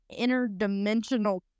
interdimensional